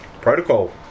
Protocol